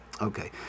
okay